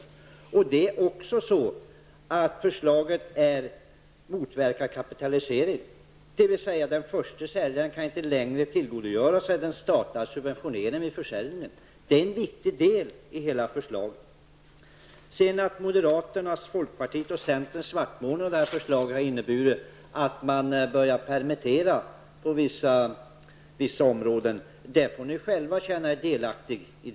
Förslaget motverkar även kapitalisering, dvs. den första säljaren kan inte längre tillgodogöra sig den statliga subventioneringen vid försäljning. Det är en viktig del i hela förslaget. Sedan har moderaterna, folkpartiets och centerns svartmålning av det här förslaget inneburit att man börjar permittera på vissa områden. Det får ni själva känna er delaktiga i.